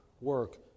work